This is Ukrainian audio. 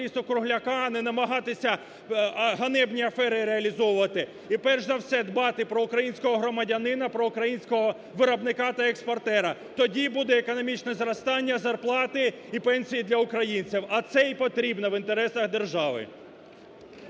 не намагатися ганебні афери реалізовувати. І перш за все дбати про українського громадянина, про українського виробника та експортера. Тоді буде економічне зростання, зарплати і пенсії для українців. А це й потрібно в інтересах держави.